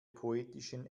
poetischen